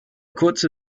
kurze